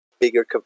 bigger